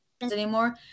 anymore